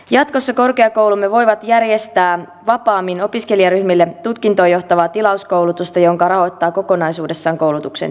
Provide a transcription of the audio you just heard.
jatkossa korkeakoulumme voivat järjestää vapaammin opiskelijaryhmille tutkintoon johtavaa tilauskoulutusta jonka rahoittaa kokonaisuudessaan koulutuksen tilaaja